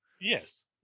Yes